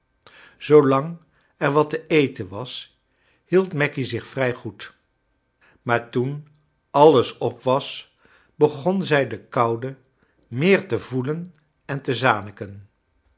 er wat te eten was hield maggy zich vrij goed maar toen al j les op was begon zij de koude meer te voelen en te zaniken